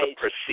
proceed